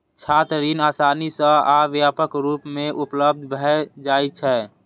छात्र ऋण आसानी सं आ व्यापक रूप मे उपलब्ध भए जाइ छै